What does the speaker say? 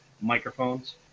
microphones